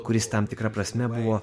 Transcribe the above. kuris tam tikra prasme buvo